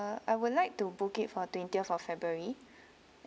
I would like to book it for twentieth of february